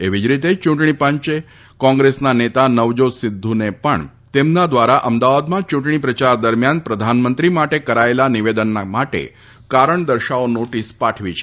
એવી જ રીતે ચૂંટણી પંચ કોંગ્રેસના નેતા નવજોત સિદ્ધને પણ તેમના દ્વારા અમદાવાદમાં ચૂંટણી પ્રચાર દરમિયાન પ્રધાનમંત્રી માટે કરાયેલા નિવેદન માટે કારણ દર્શાવો નોટીસ પાઠવી છે